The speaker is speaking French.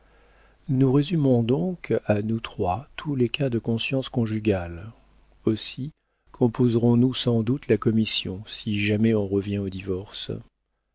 nous résumons donc à nous trois tous les cas de conscience conjugale aussi composerons nous sans doute la commission si jamais on revient au divorce